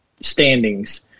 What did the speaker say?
standings